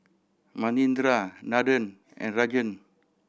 Manindra Nathan and Rajan